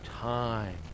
time